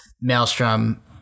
Maelstrom